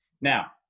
Now